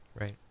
right